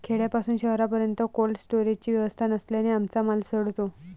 खेड्यापासून शहरापर्यंत कोल्ड स्टोरेजची व्यवस्था नसल्याने आमचा माल सडतो